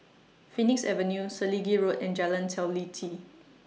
Phoenix Avenue Selegie Road and Jalan Teliti